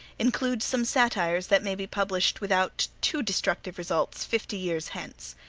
include some satires that may be published without too destructive results fifty years hence.